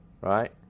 right